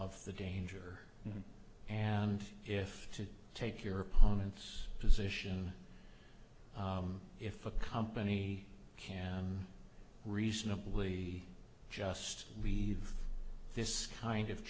of the danger and if to take your opponent's position if a company can reasonably just leave this kind of